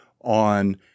on